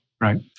Right